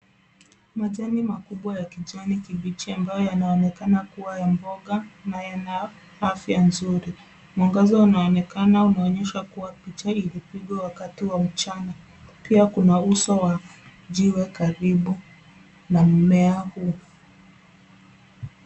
Majani makubwa ya kijani kibichi ambayo yanaonekana kuwa ya mboga na yana afya nzuri. Mwangaza unaonekana unaonyesha kuwa picha ilipigwa wakati wa mchana pia kuna uso wa jiwe karibu na mmea huu.